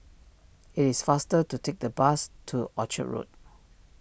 it is faster to take the bus to Orchard Road